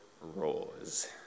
roars